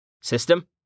System